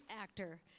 actor